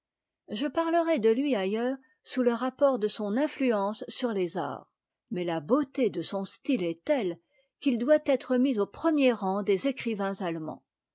je parlerai de lui ailleurs sous le rapport de son influence sur les arts mais la beauté de son style est telle qu'il doit être mis au premier rang des écrivains at